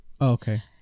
Okay